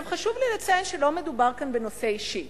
חשוב לי לציין שלא מדובר בנושא אישי.